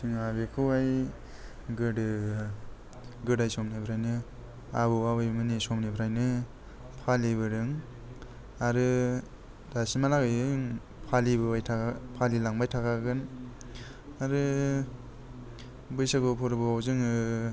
जोंहा बेखौहाय गोदो गोदो समनिफ्रायनो आबौ आबैमोननि समनिफ्रायनो फालिबोदों आरो दासिमहा लागैबो फालिबोबाय फालिलांबाय थाखागोन आरो बैसागु फोरबोआव जोङो